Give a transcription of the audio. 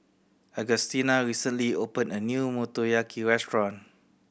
Augustina recently opened a new Motoyaki Restaurant